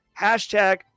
Hashtag